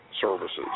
Services